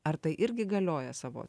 ar tai irgi galioja savo